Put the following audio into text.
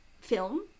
film